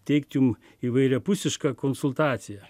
teikt jum įvairiapusišką konsultaciją